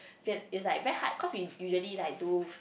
then it's like very hard cause we usually like do